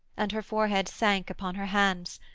and her forehead sank upon her hands,